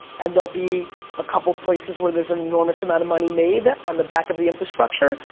and there'll be a couple places where there's an enormous amount of money made on the back of the infrastructure.